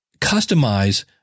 customize